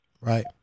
Right